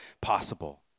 possible